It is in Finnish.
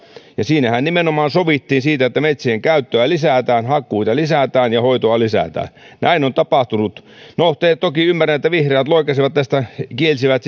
siinähän nimenomaan sovittiin siitä että metsien käyttöä lisätään hakkuita lisätään ja hoitoa lisätään näin on tapahtunut no toki ymmärrän että vihreät loikkasivat tästä kielsivät